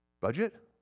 budget